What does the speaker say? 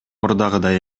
мурдагыдай